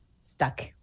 stuck